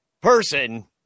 person